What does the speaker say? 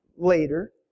later